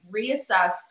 reassess